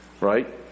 right